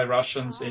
Russians